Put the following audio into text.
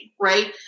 right